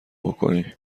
بکنی